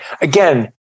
Again